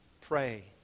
pray